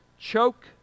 choke